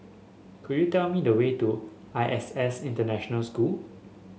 could you tell me the way to I S S International School